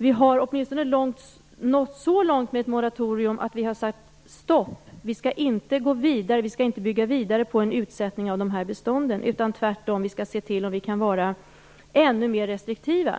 Vi har åtminstone nått så långt med ett moratorium att vi har sagt stopp och att vi inte skall gå vidare. Vi skall inte bygga vidare på en utsättning av bestånden. Vi skall tvärtom se till att vara ännu mer restriktiva.